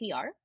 PR